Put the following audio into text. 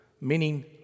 meaning